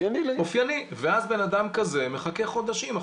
אז בן אדם כזה מחכה חודשים.